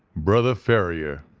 brother ferrier,